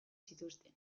zituzten